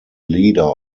leader